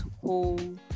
whole